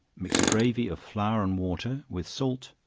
mix a gravy of flour and water, with salt,